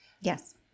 yes